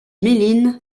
méline